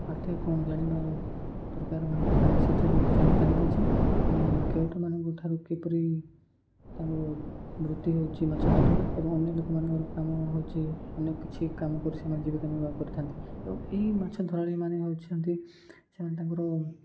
ପାର୍ଥକ୍ୟ କ'ଣ ଜାଣିବା ଦରକାର ମାନେ ଆମେ ସେଥିରୁ ଜାଣିପାରିବା ଯେ ଆମେ କେଉଟମାନଙ୍କଠାରୁ କିପରି ତାଙ୍କୁ ବୃତ୍ତି ହେଉଛି ମାଛ ଧରିବା ଏବଂ ଅନ୍ୟ ଲୋକମାନଙ୍କର କାମ ହେଉଛି ଅନ୍ୟ କିଛି କାମ କରି ସେମାନେ ଜୀବିକା ନିର୍ବାହ କରିଥାନ୍ତି ଏବଂ ଏହି ମାଛଧରାଳିମାନେ ହେଉଛନ୍ତି ସେମାନେ ତାଙ୍କର